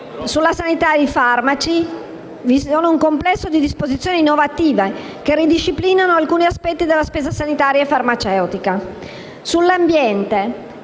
su sanità e farmaci vi è un complesso di disposizioni innovative che ridisciplinano alcuni aspetti della spesa sanitaria e farmaceutica. Sul'ambiente: